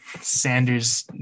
Sanders